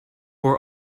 were